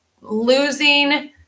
losing